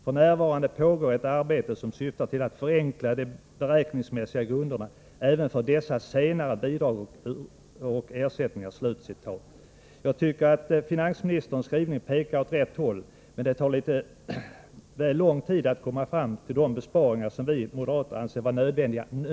F. n. pågår ett arbete som syftar till att förenkla de beräkningsmässiga grunderna även för dessa senare bidrag och ersättningar.” Jag tycker att finansministerns skrivning pekar åt rätt håll, men det tar litet väl lång tid att komma fram till de besparingar som vi moderater anser vara nödvändiga nu.